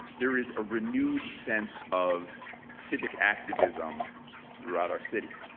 there is a renewed sense of civic activism throughout our city.